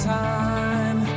time